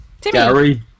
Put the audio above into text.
Gary